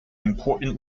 important